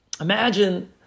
Imagine